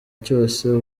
cyose